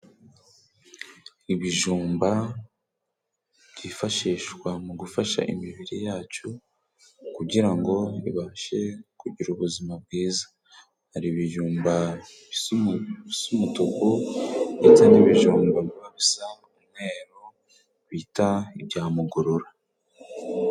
Ibijumba byifashishwa mu gufasha imibiri yacu kugira ngo ibashe kugira ubuzima bwiza. Hari ibijumba bisa umutuku ndetse n'ibijumba biba bisa n'umweru bita ibya Mugorora.